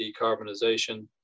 decarbonization